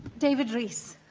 david rees